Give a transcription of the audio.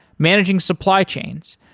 managing supply chains,